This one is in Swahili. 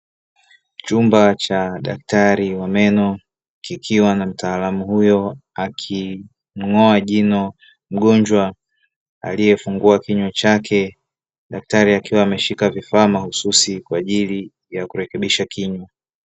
Chumba cha daktari wa meno kikiwa na mtaalamu huyo aking'oa jino la mgonjwa aliyefungua kinywa chake, daktari akiwa ameshika vifaa mahususi kwa ajili ya kurekebisha kinywa.